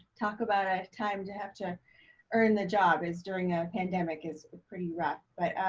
talk about a time to have to earn the job is during a pandemic is pretty rough. but